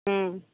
হুম